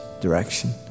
direction